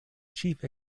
chief